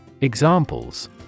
Examples